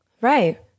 Right